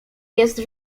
jest